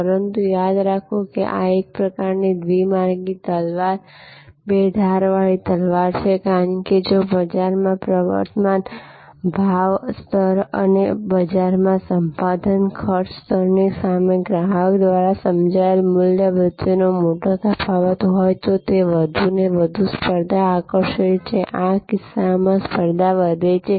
પરંતુ યાદ રાખો કે આ એક પ્રકારની દ્વિ માર્ગી તલવાર બે ધારવાળી તલવાર છે કારણ કે જો બજારમાં પ્રવર્તમાન ભાવ સ્તર અને બજારમાં સંપાદન ખર્ચ સ્તરની સામે ગ્રાહક દ્વારા સમજાયેલ મૂલ્ય વચ્ચે મોટો તફાવત હોય તો તે વધુ અને વધુ સ્પર્ધા આકર્ષે છે આ કિસ્સામાં સ્પર્ધા વધે છે